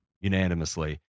unanimously